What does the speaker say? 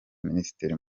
minisitiri